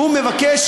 והוא מבקש